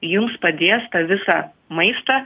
jums padės tą visą maistą